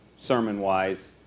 sermon-wise